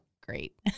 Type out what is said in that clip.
Great